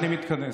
אני מתכנס.